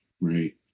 right